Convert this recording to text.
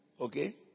Okay